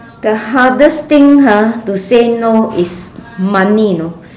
the hardest thing ha to say no is money you know